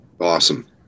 Awesome